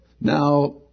Now